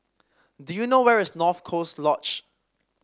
do you know where is North Coast Lodge